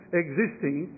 existing